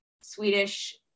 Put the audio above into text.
swedish